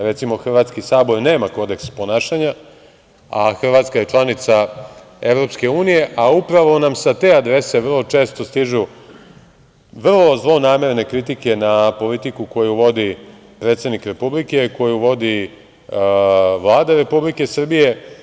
Recimo, Hrvatski sabor nema Kodeks ponašanja, a Hrvatska je članica EU, a upravo nam sa te adrese vrlo često stižu vrlo zlonamerne kritike na politiku koju vodi predsednik Republike, koju vodi Vlada Republike Srbije.